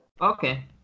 Okay